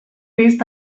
vist